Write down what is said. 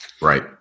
Right